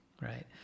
right